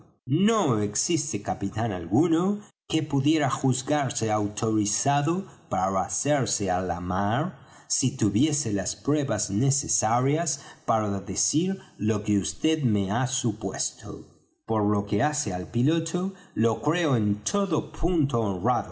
no existe capitán alguno que pudiera juzgarse autorizado para hacerse á la mar si tuviese las pruebas necesarias para decir lo que vd me ha supuesto por lo que hace al piloto lo creo de todo punto